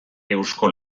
eusko